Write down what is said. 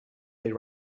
they